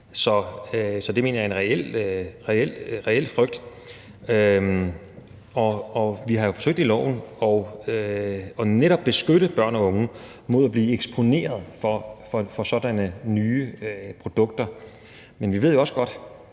Så det mener jeg er en reel frygt. Og vi har jo forsøgt i loven netop at beskytte børn og unge mod at blive eksponeret for sådanne nye produkter, men vi ved også godt,